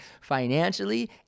financially